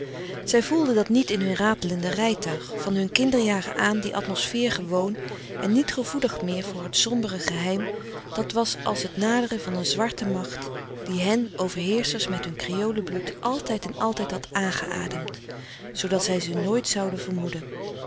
zij voelden dat niet in hun ratelende rijtuig van hun kinderjaren aan die atmosfeer gewoon en niet gevoelig meer voor het sombere geheim dat was als het naderen van een zwarte macht die hen overheerschers met hun kreolenbloed altijd en altijd had aangeademd zoodat zij ze nooit zouden vermoeden